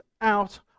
out